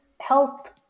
health